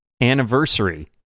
anniversary